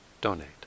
donate